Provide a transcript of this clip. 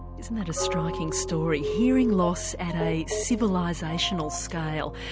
isn't that a striking story, hearing loss at a civilisational scale.